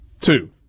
Two